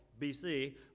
BC